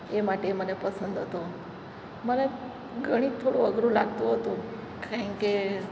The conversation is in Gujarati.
એ માટે મને પસંદ હતો મને ગણિત થોડું અઘરું લાગતું હતું કારણ કે